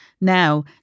now